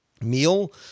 meal